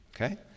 Okay